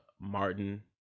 Martin